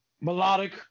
Melodic